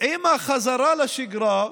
עם החזרה לשגרה,